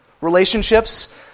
Relationships